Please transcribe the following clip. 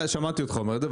שמעתי אותך אומר את זה.